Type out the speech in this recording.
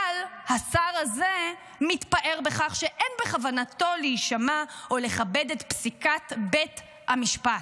אבל השר הזה מתפאר בכך שאין בכוונתו להישמע או לכבד את פסיקת בית המשפט.